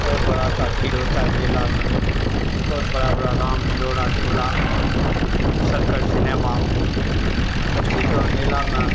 बहुत बड़ा शा भीड़ होता है मेले में बहुत बड़ा बड़ा राम हिलोड़ा झूला सर्कस शिनेमा हर चीज़ वहीं मेले में